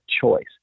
choice